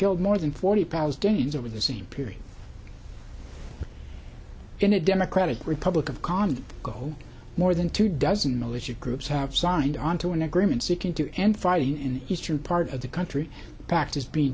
killed more than forty palestinians over the same period in a democratic republic of congo go more than two dozen militia groups have signed onto an agreement seeking to end fighting in the eastern part of the country